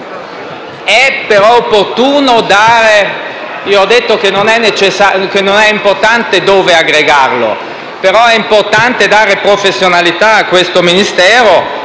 però è importante dare professionalità a questo Ministero.